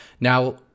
Now